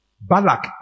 Balak